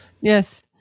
Yes